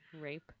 Rape